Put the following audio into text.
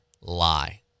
lie